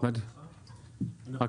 רק